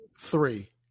Three